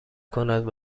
کند